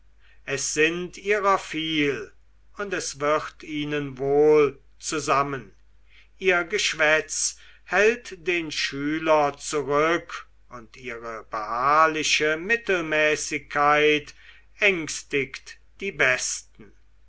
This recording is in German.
es sind ihrer viel und es wird ihnen wohl zusammen ihr geschwätz hält den schüler zurück und ihre beharrliche mittelmäßigkeit ängstigt die besten